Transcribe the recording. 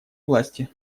власти